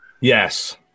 Yes